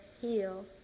heal